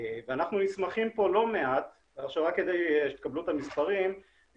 רק כדי שתקבלו את המספרים,